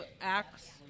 acts